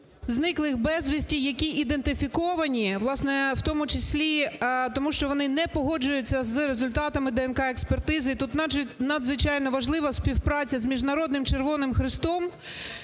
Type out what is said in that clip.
зниклих безвісти, які ідентифіковані, власне, у тому числі, тому що вони не погоджуються з результатами ДНК-експертизи. І тут надзвичайно важлива співпраця з Міжнародним Червони Хрестом